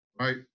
right